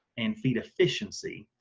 and feed efficiency,